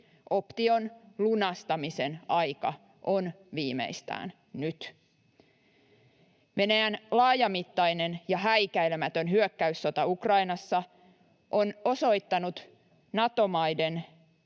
Option lunastamisen aika on viimeistään nyt. Venäjän laajamittainen ja häikäilemätön hyökkäyssota Ukrainassa on osoittanut Nato-maiden